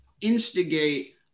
instigate